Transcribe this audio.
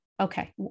Okay